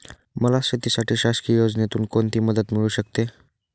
मला शेतीसाठी शासकीय योजनेतून कोणतीमदत मिळू शकते?